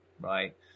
right